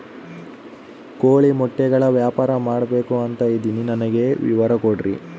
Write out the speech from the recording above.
ಕೋಳಿ ಮೊಟ್ಟೆಗಳ ವ್ಯಾಪಾರ ಮಾಡ್ಬೇಕು ಅಂತ ಇದಿನಿ ನನಗೆ ವಿವರ ಕೊಡ್ರಿ?